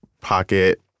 pocket